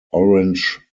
orange